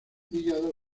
hígado